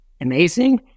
amazing